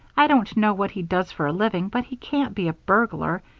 i don't know what he does for a living, but he can't be a burglar.